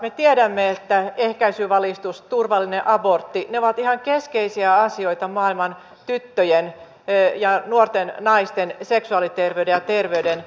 me tiedämme että ehkäisyvalistus turvallinen abortti ovat ihan keskeisiä asioita maailman tyttöjen ja nuorten naisten seksuaaliterveyden ja terveyden osalta